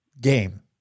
game